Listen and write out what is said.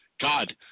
God